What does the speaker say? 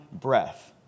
breath